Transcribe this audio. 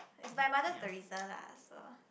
it's by Mother-Theresa lah so